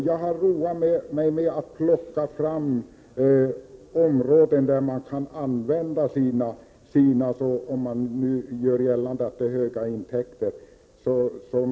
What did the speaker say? Jag har roat mig med att plocka fram några av de metoder som skogsägarna kan använda för att ”gömma” intäkterna.